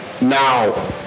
Now